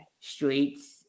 streets